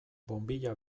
bonbilla